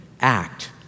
act